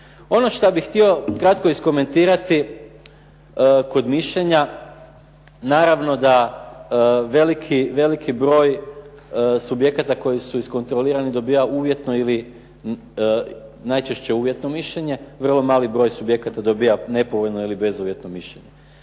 Ono što bih htio kratko iskomentirati kod mišljenja, naravno da veliki broj subjekata koji su iskontrolirani dobiva uvjetno ili, najčešće uvjetno mišljenje, vrlo mali broj subjekata dobiva nepovoljno ili bezuvjetni mišljenje.